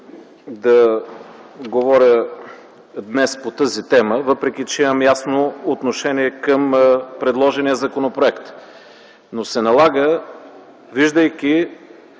да говоря днес по тази тема, въпреки че имам ясно отношение към предложения законопроект. Налага се, виждайки